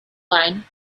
line